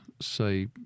Say